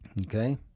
Okay